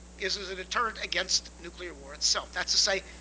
is as a deterrent against nuclear war itself. that's to say,